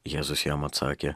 jėzus jam atsakė